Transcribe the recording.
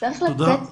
צריך לצאת אליהם,